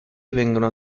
vengono